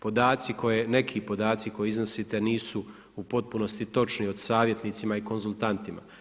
Podaci, neki podaci koje iznosite isu u potpunosti točni o savjetnicima i konzultantima.